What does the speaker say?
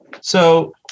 So-